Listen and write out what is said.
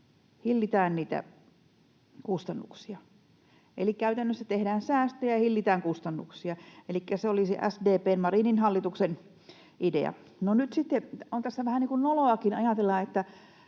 hillitään niitä kustannuksia, eli käytännössä tehdään säästöjä ja hillitään kustannuksia. Elikkä se oli se SDP:n Marinin hallituksen idea. No nyt tässä sitten on vähän niin kuin noloakin ajatella, että